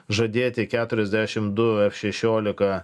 žadėti keturiasdešim du f šešiolika